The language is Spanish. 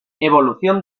evolución